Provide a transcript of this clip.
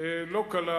לא קלה